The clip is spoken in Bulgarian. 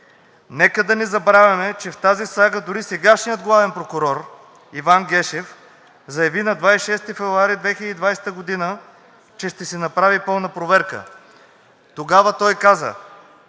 Нека да не забравяме, че в тази сага дори сегашният главен прокурор – Иван Гешев, заяви на 26 февруари 2020 г., че ще се направи пълна проверка. Тогава той каза: